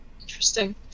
interesting